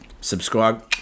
subscribe